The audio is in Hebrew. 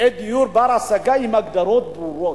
דיור בר-השגה עם הגדרות ברורות.